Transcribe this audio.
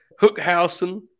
Hookhausen